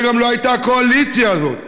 וגם לא הייתה הקואליציה הזאת.